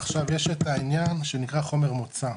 עכשיו יש את העניין שנקרא חומר מוצא,